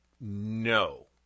no